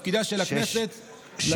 ותפקידה של הכנסת הוא לתת לנו זרקור,